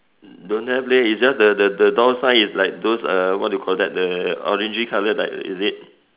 don't have leh its just the the the door sign is like those uh what you call the orangey color like is it